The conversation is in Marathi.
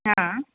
हां